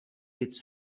its